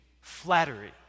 flattery